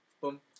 Boom